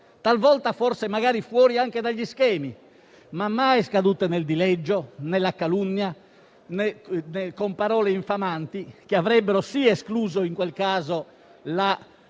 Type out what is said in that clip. talvolta forse anche fuori dagli schemi, ma mai scaduti nel dileggio, nella calunnia, con parole infamanti, che avrebbero - sì in quel caso -